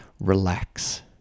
relax